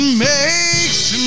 makes